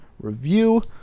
review